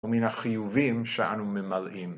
ומן החיובים שאנו ממלאים.